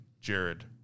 Jared